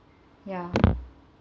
ya